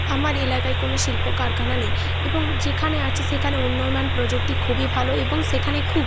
আমার এলাকায় কোনো শিল্প কারখানা নেই এবং যেখানে আছে সেখানে উন্নয়ন প্রযুক্তি খুবই ভালো এবং সেখানে খুব